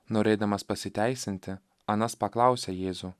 norėdamas pasiteisinti anas paklausė jėzų